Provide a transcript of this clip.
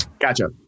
Gotcha